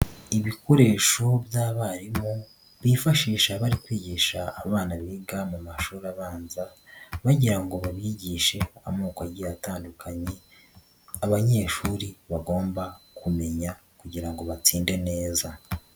Ibikoresho by'abarimu bifashisha bari kwigisha abana biga mu mashuri abanza, bagira ngo babigishe agiye atandukanye y'abanyeshuri bagomba kumenya kugira ngo batsinde neza.